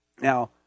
Now